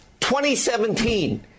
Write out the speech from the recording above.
2017